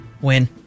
Win